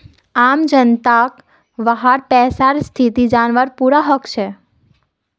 आम जनताक वहार पैसार स्थिति जनवार पूरा हक छेक